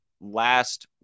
last